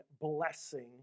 blessing